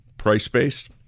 price-based